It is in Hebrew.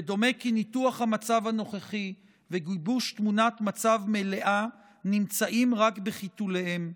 ודומה כי ניתוח המצב הנוכחי וגיבוש תמונת מצב מלאה נמצאים רק בחיתוליהם.